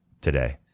today